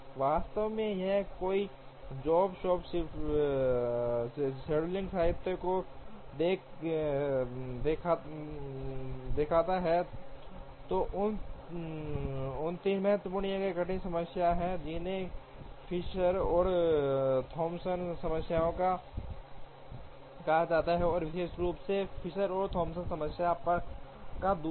वास्तव में यदि कोई जॉब शॉप शेड्यूलिंग साहित्य को देखता है तो 3 महत्वपूर्ण या कठिन समस्याएं हैं जिन्हें फिशर और थॉम्पसन समस्याएं कहा जाता है और विशेष रूप से फिशर और थॉम्पसन समस्या का दूसरा